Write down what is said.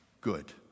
good